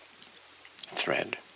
Thread